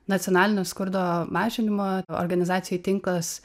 nacionalinio skurdo mažinimo organizacijų tinklas